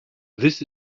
this